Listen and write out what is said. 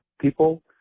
people